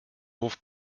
hof